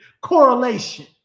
correlation